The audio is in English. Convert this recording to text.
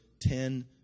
ten